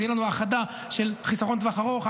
אז תהיה לנו האחדה של חיסכון לטווח ארוך,